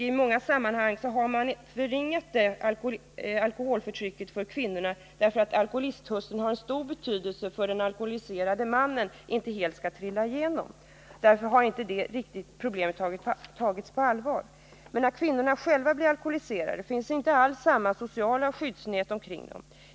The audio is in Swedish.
I många sammanhang har man förringat alkoholförtrycket av kvinnorna, därför att alkoholisthustrun har en stor betydelse för att den alkoholiserade mannen inte helt skall falla igenom. Det problemet har därför inte tagits riktigt på allvar. Men när kvinnan själv blir alkoholiserad finns inte alls samma sociala skyddsnät omkring henne.